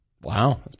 Wow